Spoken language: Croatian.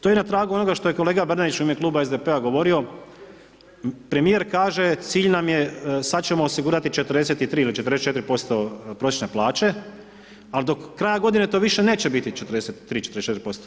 To je na tragu onoga što je kolega Bernardić u ime Kluba SDP-a govorio, premijer kaže cilj nam je, sad ćemo osigurati 43 ili 44% prosječne plaće ali do kraja godine to više neće biti 43, 44%